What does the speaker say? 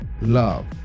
love